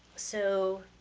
so,